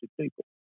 people